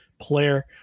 player